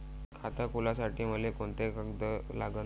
खात खोलासाठी मले कोंते कागद लागन?